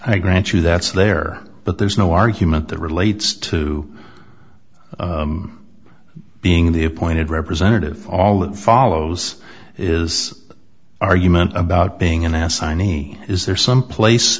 i grant you that's there but there's no argument that relates to being the appointed representative all that follows is argument about being an ass signy is there some place